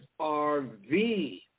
RV